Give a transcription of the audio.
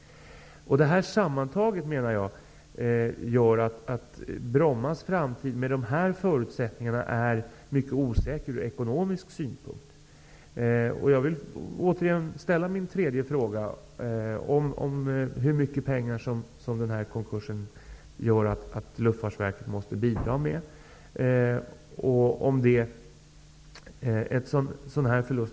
Sammantaget innebär detta att Brommas framtid med dessa förutsättningar är mycket osäker ur ekonomisk synpunkt. Jag ställer återigen bl.a. min tredje fråga. Hur mycket pengar måste Luftfartsverket bidra med på grund av denna konkurs?